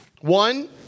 One